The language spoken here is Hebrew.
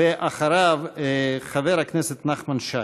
ואחריו, חבר הכנסת נחמן שי.